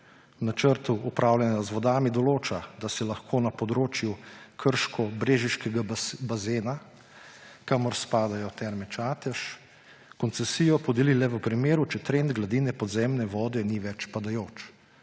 načrtu upravljanja z vodami določa, da se lahko na področju krško-brežiškega bazena, kamor spadajo Terme Čatež, koncesijo podeli le v primeru, če trend gladine podzemne vode ni več padajoč.